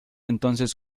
entonces